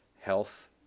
Health